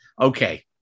Okay